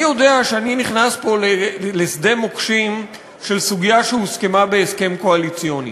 אני יודע שאני נכנס פה לשדה מוקשים של סוגיה שהוסכמה בהסכם קואליציוני,